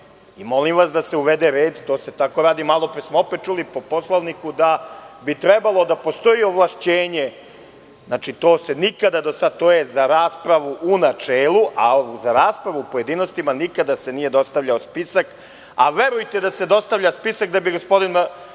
Molim vas da se uvede red. To se tako radi. Malopre smo opet čuli po Poslovniku da bi trebalo da postoji ovlašćenje. To se nikada do sada… To je za raspravu u načelu, a za raspravu u pojedinostima nikada se nije dostavljao spisak. Verujte, da se dostavlja spisak, gospodin